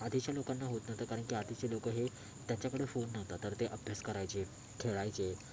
आधीच्या लोकांना होत नव्हतं कारण की आधीचे लोकं हे त्यांच्याकडे फोन नव्हता तर ते अभ्यास करायचे खेळायचे